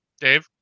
dave